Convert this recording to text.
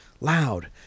Loud